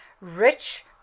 rich